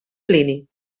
plini